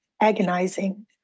agonizing